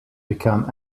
become